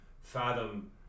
fathom